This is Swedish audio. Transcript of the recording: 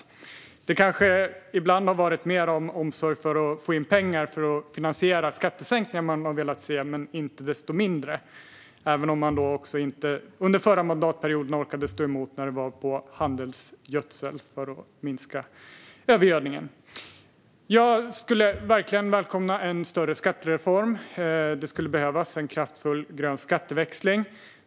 Ibland har det kanske handlat mer om omsorg om att få in pengar för att finansiera skattesänkningar som de har velat se, men icke desto mindre - även om de under förra mandatperioden inte orkade stå emot när det gällde handelsgödsel och att minska övergödningen. Jag skulle verkligen välkomna en större skattereform. Det skulle behövas en kraftfull grön skatteväxling.